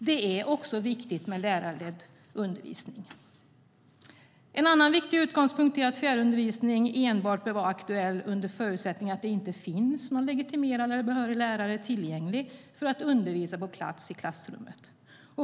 Det är också viktigt med lärarledd undervisning. En annan viktig utgångspunkt är att fjärrundervisning enbart bör vara aktuell under förutsättning att det inte finns någon legitimerad eller behörig lärare tillgänglig för att undervisa på plats i klassrummet.